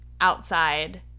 outside